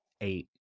eight